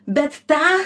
bet tą